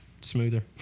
smoother